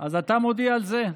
אז אתה מודיע על זה?